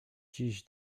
dziś